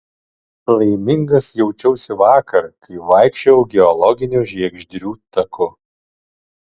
laimingas jaučiausi vakar kai vaikščiojau geologiniu žiegždrių taku